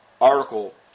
article